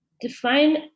define